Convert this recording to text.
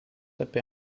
apie